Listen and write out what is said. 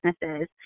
businesses